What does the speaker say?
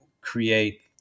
create